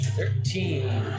Thirteen